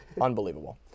Unbelievable